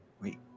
Wait